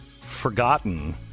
forgotten